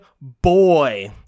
boy